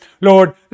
Lord